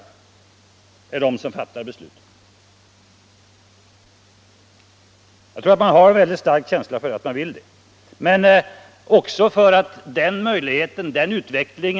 Jag har en stark känsla av att människorna vill åstadkomma en sådan utveckling.